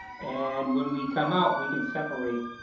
and when we come out, we can separate,